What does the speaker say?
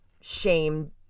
shame